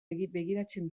begiratzen